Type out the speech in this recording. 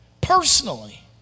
Personally